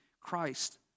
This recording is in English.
Christ